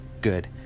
good